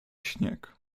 śnieg